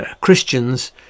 Christians